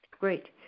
Great